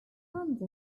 changed